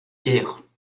guerre